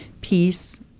peace